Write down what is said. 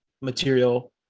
material